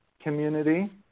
community